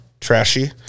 Trashy